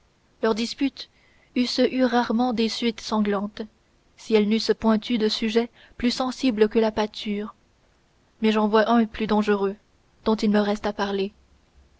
leurs disputes eussent eu rarement des suites sanglantes si elles n'eussent point eu de sujet plus sensible que la pâture mais j'en vois un plus dangereux dont il me reste à parler